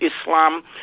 Islam